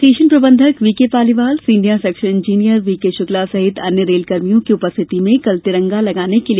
station प्रबंधक VK Paliwal senior section engineer VK Shukla सहित अन्य रेल कर्मियों की उपस्थिति में कल तिरंगा लगाने के लिए नीब रखी गई